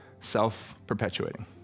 self-perpetuating